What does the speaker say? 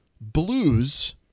Blues